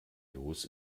los